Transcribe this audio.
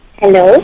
hello